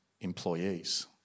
employees